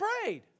prayed